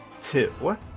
two